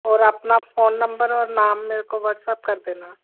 और अपना phone number और नाम मेरे को व्हाट्सअप कर देना